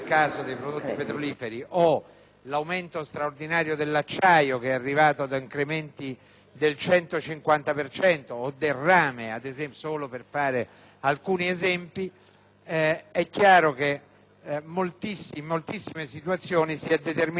l'aumento straordinario dell'acciaio (che è arrivato ad incrementi del 150 per cento) e del rame, solo per fare alcuni esempi. È chiaro che in moltissime situazioni si è determinato il blocco